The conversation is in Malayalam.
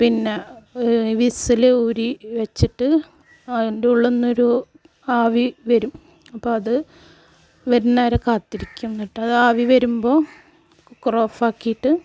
പിന്നെ വിസിൽ ഊരി വെച്ചിട്ട് അതിൻ്റെ ഉള്ളിൽ നിന്നൊരു ആവി വരും അപ്പോൾ അത് വരുന്നത് വരെ കാത്തിരിക്കും എന്നിട്ട് അത് ആവി വരുമ്പോൾ കുക്കർ ഓഫ് ആക്കിയിട്ട്